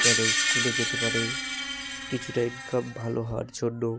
মানে স্কুলে যেতে পারে কিছুটা ইনকাম ভালো হওয়ার জন্য